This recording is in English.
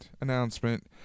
announcement